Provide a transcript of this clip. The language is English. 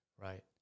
right